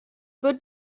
wird